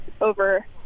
over